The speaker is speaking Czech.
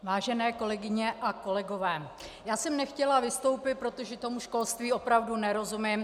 Vážené kolegyně a kolegové, já jsem nechtěla vystoupit, protože tomu školství opravdu nerozumím.